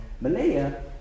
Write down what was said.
Malaya